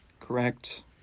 Correct